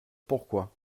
pourquoi